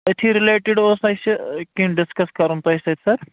أتھی رِلیٹڈ اوس اَسہِ کیٚنٛہہ ڈسکس کَرُن تۄہہِ سۭتۍ سر